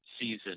season